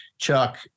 Chuck